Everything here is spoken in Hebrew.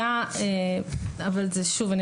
שוב,